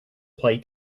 play